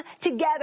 together